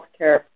healthcare